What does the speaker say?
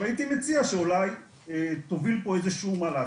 הייתי מציע שאולי תוביל פה איזה שהוא מהלך,